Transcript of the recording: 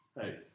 hey